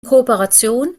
kooperation